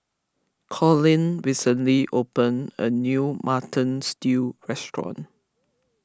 Collin recently opened a new Mutton Stew restaurant